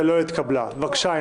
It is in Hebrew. הצבעה בעד,